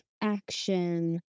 action